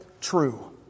true